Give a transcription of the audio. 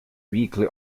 weakly